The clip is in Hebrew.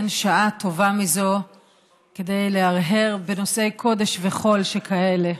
אין שעה טובה מזו להרהר בנושאי קודש וחול שכאלה.